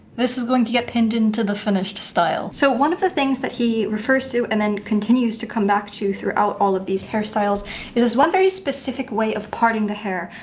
this is going to get pinned into the finished style. so one of the things that he refers to and then continues to come back to throughout all of these hairstyles is this one very specific way of parting the hair.